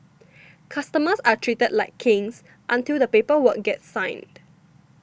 customers are treated like kings until the paper work gets signed